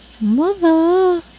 Mother